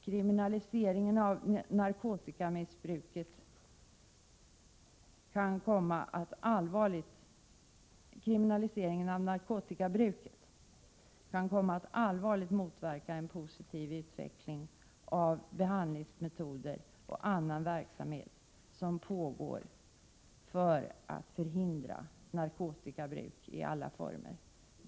Kriminaliseringen av narkotikabruket kan komma att allvarligt motverka en positiv utveckling av behandlingsmetoder och annan verksamhet som pågår för att förhindra narkotikabruk i alla former.